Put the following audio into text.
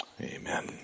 Amen